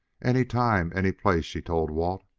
any time any place! she told walt.